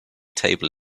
table